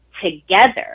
together